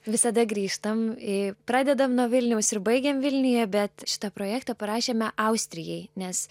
visada grįžtam į pradedame nuo vilniaus ir baigiam vilniuje bet šitą projektą parašėme austrijai nes